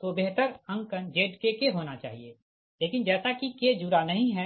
तो बेहतर अंकन Zkk होना चाहिए लेकिन जैसा कि k जुड़ा नहीं है